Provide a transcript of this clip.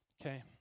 Okay